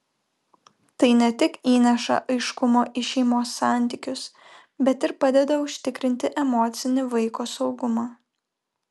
tai ne tik įneša aiškumo į šeimos santykius bet ir padeda užtikrinti emocinį vaiko saugumą